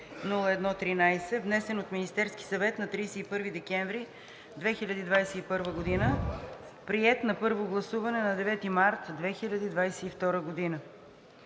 внесен от Министерския съвет на 31 декември 2021 г., приет на първо гласуване на 9 март 2022 г.